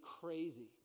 crazy